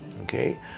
Okay